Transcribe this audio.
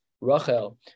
Rachel